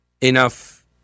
enough